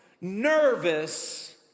nervous